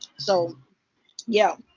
so yeah.